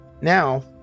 Now